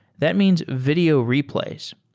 that means video replays.